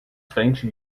frente